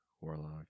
warlock